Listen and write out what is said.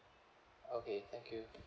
okay thank you